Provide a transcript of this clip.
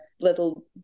little